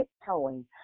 tiptoeing